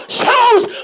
shows